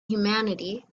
humanity